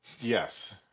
yes